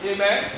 Amen